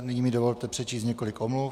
Nyní mi dovolte přečíst několik omluv.